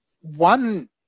One